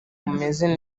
bumeze